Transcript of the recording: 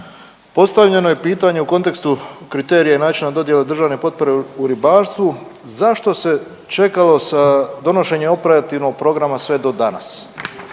postavljeno je pitanje u kontekstu kriterija i načina dodjele državne potpore u ribarstvu, zašto se čekalo sa donošenjem operativnog programa sve do danas